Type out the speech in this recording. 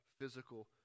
physical